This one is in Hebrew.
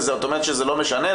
ואת אומרת שזה לא משנה?